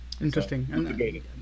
Interesting